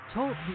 Talk